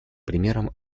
примером